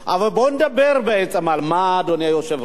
אבל בוא נדבר בעצם, על מה, אדוני היושב-ראש?